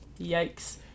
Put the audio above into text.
Yikes